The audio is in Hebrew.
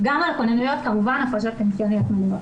גם על הכוננויות כמובן, הפרשות פנסיוניות מלאות.